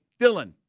Dylan